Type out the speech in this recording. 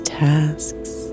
tasks